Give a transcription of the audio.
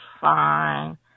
fine